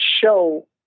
show